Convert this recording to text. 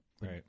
Right